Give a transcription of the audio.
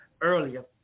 earlier